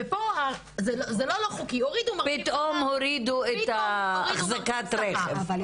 ופה זה לא לא חוקי, הורידו מרכיב שכר.